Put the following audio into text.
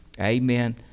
Amen